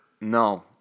No